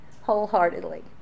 wholeheartedly